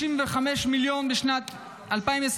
95 מיליון לשנת 2025,